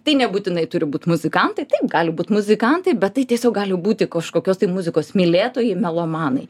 tai nebūtinai turi būt muzikantai taip gali būt muzikantai bet tai tiesiog gali būti kažkokios tai muzikos mylėtojai melomanai